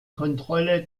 kontrolle